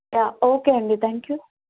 okay అండి thank you